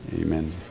Amen